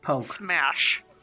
Smash